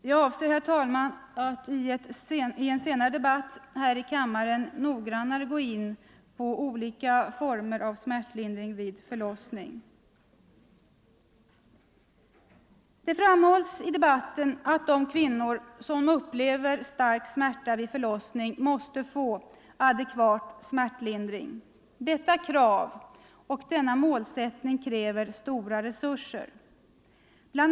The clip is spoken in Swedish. Jag avser, herr talman, att i en senare debatt här i kammaren noggrannare gå in på olika former av smärtlindring vid förlossning. Det framhålls i debatten att de kvinnor som upplever stark smärta vid förlossning måste få adekvat smärtlindring. Men detta krav och denna målsättning kräver stora resurser. Bl.